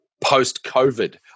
post-COVID